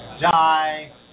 die